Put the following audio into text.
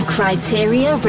Criteria